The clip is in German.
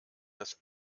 das